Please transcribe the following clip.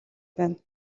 байна